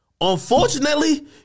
Unfortunately